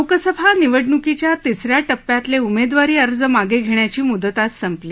लोकसभा निवडणुकीच्या तिसऱ्या टप्प्यातल उमद्ववारी अर्ज माग डिष्ट्याची मुदत आज संपली